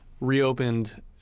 reopened